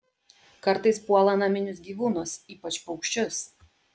kartais puola naminius gyvūnus ypač paukščius